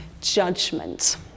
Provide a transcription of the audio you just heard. judgment